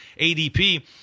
ADP